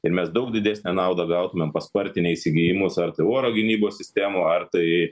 ir mes daug didesnę naudą gautumėm paspartinę įsigijimus ar tai oro gynybos sistemų ar tai